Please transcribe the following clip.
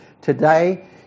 Today